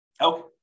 Okay